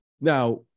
Now